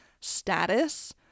status